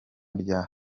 rya